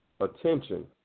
attention